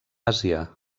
àsia